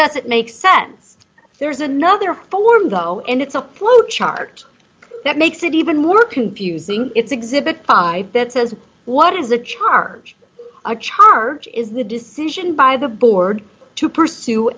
doesn't make sense there's another form though and it's a ploy to chart that makes it even more confusing it's exhibit five that says what is a charge a charge is the decision by the board to pursue